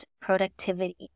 productivity